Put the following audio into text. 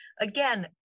again